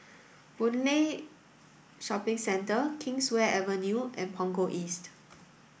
Boon Lay Shopping Centre Kingswear Avenue and Punggol East